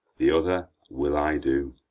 the other will i do.